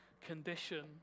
condition